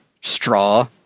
straw